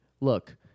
Look